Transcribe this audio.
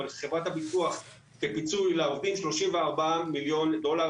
אבל חברת הביטוח כפיצוי לעובדים שילמה 34 מיליון דולר.